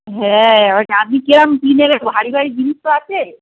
হ্যাঁ ও আপনি কীরকম কী নেবেন ভারী ভারী জিনিস তো আছে